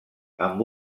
amb